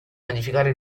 modificare